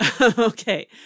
Okay